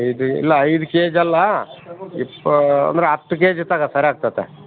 ಐದು ಇಲ್ಲ ಐದು ಕೆಜ್ ಅಲ್ಲ ಇಪ್ಪ ಅಂದ್ರೆ ಹತ್ತು ಕೆಜಿ ತಗೋ ಸರಾಗ್ತದೆ